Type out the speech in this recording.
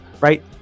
Right